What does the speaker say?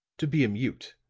to be a mute.